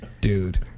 Dude